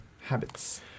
habits